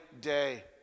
day